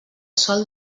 sol